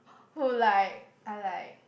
who like are like